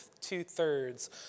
two-thirds